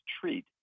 treat